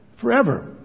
forever